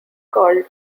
called